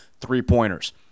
three-pointers